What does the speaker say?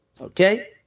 Okay